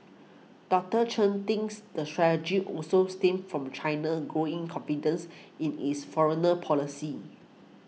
Doctor Chen thinks the strategy also stems from China's growing confidence in its foreigner policy